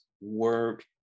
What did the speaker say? work